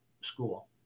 school